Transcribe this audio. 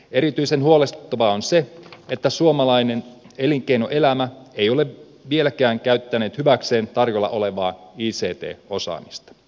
erityisen huolestuttavaa on se että suomalainen elinkeinoelämä ei ole vieläkään käyttänyt hyväkseen tarjolla olevaa ict osaamista